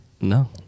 No